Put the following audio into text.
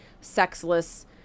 sexless